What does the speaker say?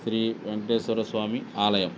శ్రీ వెంకటేశ్వరస్వామి ఆలయం